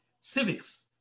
civics